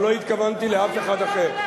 אבל לא התכוונתי לאף אחד אחר.